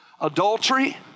Adultery